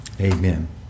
Amen